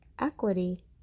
equity